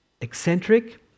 Eccentric